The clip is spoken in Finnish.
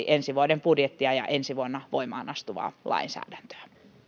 ensi vuoden budjettia ja ensi vuonna voimaan astuvaa lainsäädäntöä